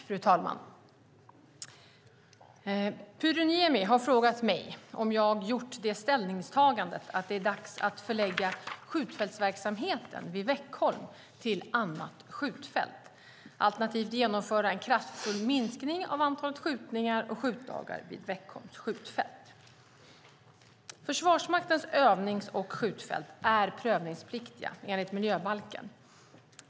Fru talman! Pyry Niemi har frågat mig om jag gjort det ställningstagandet att det är dags att förlägga skjutfältsverksamheten vid Veckholm till annat skjutfält, alternativt genomföra en kraftfull minskning av antalet skjutningar och skjutdagar vid Veckholms skjutfält. Försvarsmaktens övnings och skjutfält är prövningspliktiga enligt miljöbalken.